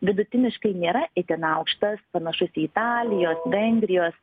vidutiniškai nėra itin aukštas panašus į italijos vengrijos